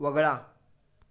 वगळा